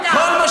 לברבר.